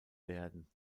werden